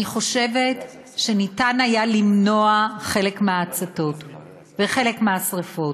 אני חושבת שאפשר היה למנוע חלק מההצתות וחלק מהשרפות.